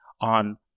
on